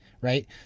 Right